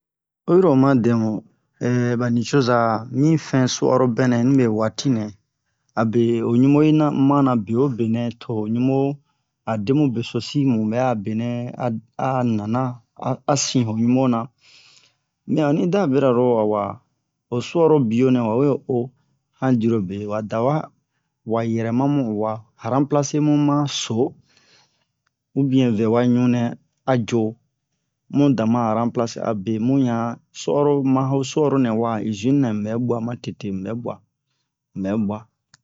oyi ro oma dɛ mu bani coza mi fin su'aro bɛnɛ nibe waatinɛ abe o ɲubo yi na huma na bewobe nɛ to ho ɲubo a demu beso si mu bɛ a benɛ a'a nana a asin ho ɲubona mɛ onni da bira ro awa ho su'aro bio nɛ wawe o han dirobe wa dawa wa yɛrɛma mu wa ramplasemu ma so ubiɛn vɛwa ɲu nɛ a jo mu dama ramplase abe mu yan suaro ma ho suaro nɛ wa'a izini na mu bɛ bua ma tete mu bɛ bua mu bɛ bua ɲɲ